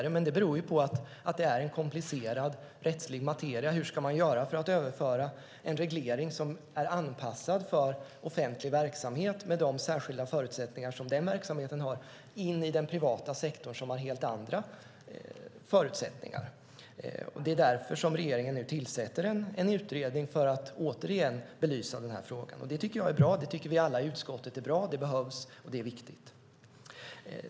Det beror ju på att det är en komplicerad rättslig materia. Hur ska man göra för att överföra en reglering som är anpassad för offentlig verksamhet, med de särskilda förutsättningar som den verksamheten har, till den privata sektorn, som har helt andra förutsättningar? Det är därför som regeringen nu tillsätter en utredning för att återigen belysa den här frågan. Detta tycker jag är bra. Det tycker vi alla i utskottet är bra. Det behövs, och det är viktigt.